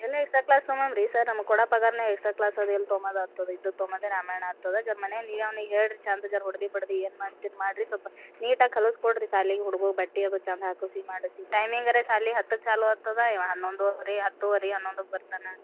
ಎಲ್ಲ ಇತ್ತ class sir ನಮ್ ಕೊಡ ಪಗಾರನೇ ಎಷ್ಟೋ ರಾಮಾಯಣ ಆತ್ತದೆ ಸರ್ ಮನೆಲಿ ನೀವು ಅವ್ನಿಗೆ ಹೇಳಿರಿ ಚಂದ ಜರ ಹೊಡ್ದು ಬಡ್ದು ಏನು ಮಾಡ್ತೀರಿ ಮಾಡಿರಿ ಸ್ವಲ್ಪ ನೀಟಾಗಿ ಕಲಿಸ್ಕೊಡ್ರಿ ಸಾಲಿಗೆ ಹುಡಗ್ರ ಬಟ್ಟೆ ಅದು ಚಂದ ಹಾಕಿಸಿ ಮಾಡಿಸಿ ಟೈಮಿಂಗರ ಸಾಲೆ ಹತ್ತಕ್ಕೆ ಚಾಲು ಆಗ್ತದೆ ಇವ ಹನ್ನೊಂದುವರೆ ಹತ್ತುವರೆ ಹನ್ನೊಂದಕ್ಕೆ ಬರ್ತಾನೆ